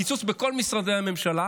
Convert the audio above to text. הקיצוץ בכל משרדי הממשלה